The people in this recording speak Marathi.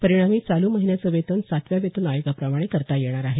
परिणामी चालू महिन्याचे वेतन सातव्या वेतन आयोगाप्रमाणे करता येणार आहे